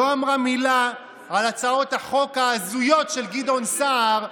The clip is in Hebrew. לא אמרה מילה על הצעות החוק ההזויות של גדעון סער,